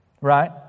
right